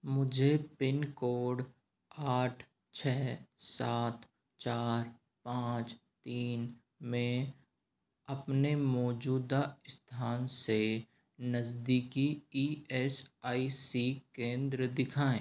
मुझे pin code आठ छः सात चार पाँच तीन में अपने मौजूदा स्थान से नज़दीकी ई एस आई सी केंद्र दिखाएं